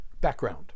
Background